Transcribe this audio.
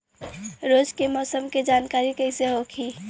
रोज के मौसम के जानकारी कइसे होखि?